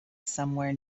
somewhere